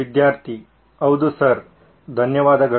ವಿದ್ಯಾರ್ಥಿ ಹೌದು ಸರ್ ಧನ್ಯವಾದಗಳು